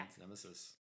Nemesis